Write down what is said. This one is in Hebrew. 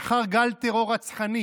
לאחר גל טרור רצחני